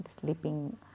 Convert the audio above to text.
sleeping